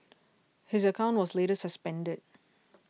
his account was later suspended